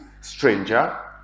stranger